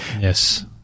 Yes